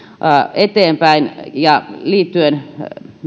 eteenpäin liittyen